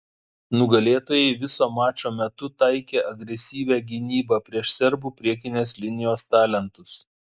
nugalėtojai viso mačo metu taikė agresyvią gynybą prieš serbų priekinės linijos talentus